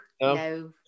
no